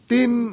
Tin